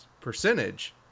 percentage